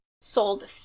sold